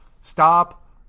Stop